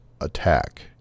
attack